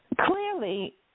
Clearly